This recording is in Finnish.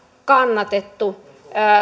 kannatettu